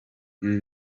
ibi